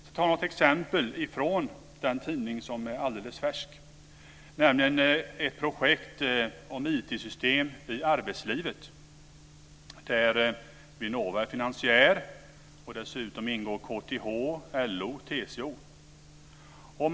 Jag ska ta ett exempel från tidningen som är alldeles färsk, nämligen ett projekt om IT-system i arbetslivet där Vinnova är finansiär. Dessutom ingår KTH, LO och TCO.